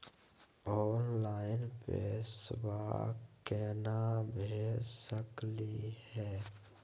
Online पैसवा केना भेज सकली हे?